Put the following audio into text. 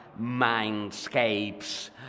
mindscapes